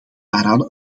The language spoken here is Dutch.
daaraan